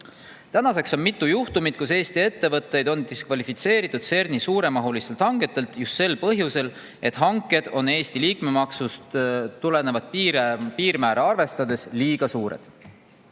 Tänaseks on mitu juhtumit, kus Eesti ettevõtted on diskvalifitseeritud CERN‑i suuremahulistelt hangetelt just sel põhjusel, et hanked on Eesti liikmemaksust tulenevat piirmäära arvestades liiga suured.